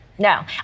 No